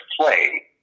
play